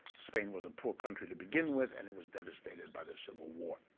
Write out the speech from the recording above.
spain was a poor country to begin with, and it was devastated by the civil war,